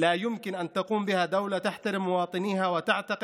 נראה כי הממשלה מניחה שהשפה היחידה שצריך